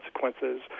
consequences